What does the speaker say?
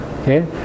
Okay